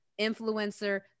influencer